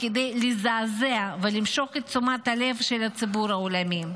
כדי לזעזע ולמשוך את תשומת הלב של הציבור העולמי.